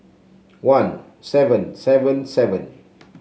one seven seven seven